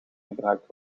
gebruikt